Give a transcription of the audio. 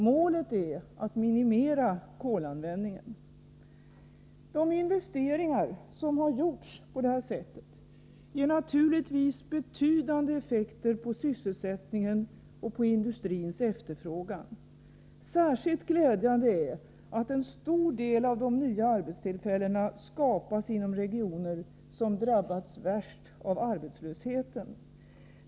Målet är att minimera kolanvändningen. De investeringar som på det här sättet har gjorts ger naturligtvis betydande effekter på sysselsättningen och på industrins efterfrågan. Särskilt glädjande är att en stor del av de nya arbetstillfällena skapas inom regioner som drabbats värst av arbetslösheten.